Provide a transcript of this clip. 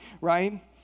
right